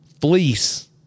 fleece